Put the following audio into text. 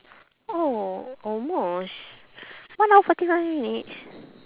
oh almost one hour forty five minutes